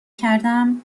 کردم